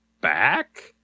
back